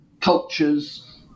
cultures